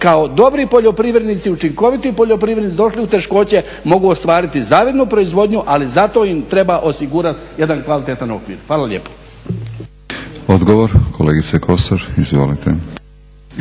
kao dobri poljoprivrednici, učinkoviti poljoprivrednici došli u teškoće mogu ostvariti zavidnu proizvodnju, ali za to im treba osigurati jedan kvalitetan okvir. Hvala lijepo. **Batinić, Milorad (HNS)** Odgovor kolegice Kosor, izvolite.